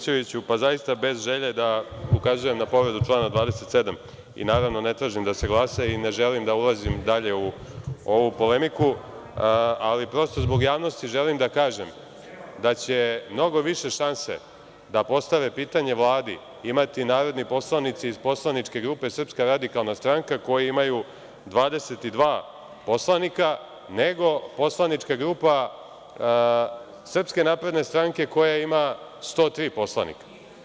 Zaista, bez želje da ukazujem na povredu člana 27. i, naravno, ne tražim da se glasa i ne želim da ulazim dalje u ovu polemiku, ali prosto zbog javnosti želim da kažem da će mnogo više šanse da postave pitanje Vladi imati narodni poslanici iz poslaničke grupe SRS koji imaju 22 poslanika, nego poslanička grupa SNS koja ima 103 poslanika.